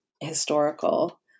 historical